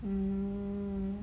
mm